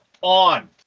on